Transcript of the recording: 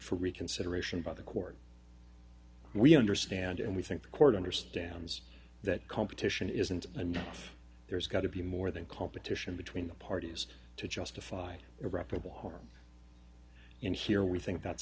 reconsideration by the court we understand and we think the court understands that competition isn't and there's got to be more than competition between the parties to justify irreparable harm in here we think that's